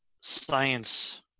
science